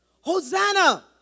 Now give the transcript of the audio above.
Hosanna